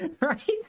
Right